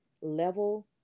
level